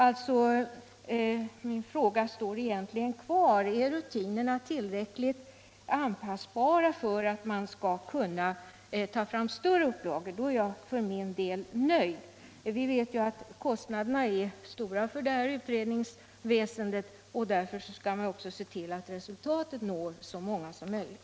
Min fråga står egentligen kvar: Är rutinerna tillräckligt anpassbara för att man skall kunna ta fram större upplagor? Då är jag för min del nöjd. Vi vet att kostnaderna är stora för utredningsväsendet, och därför skall vi också se till att resultatet når så många som möjligt.